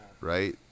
right